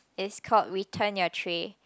is called return your tray